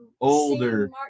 older